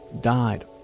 died